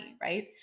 right